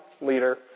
leader